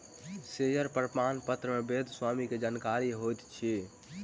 share प्रमाणपत्र मे वैध स्वामी के जानकारी होइत अछि